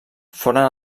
foren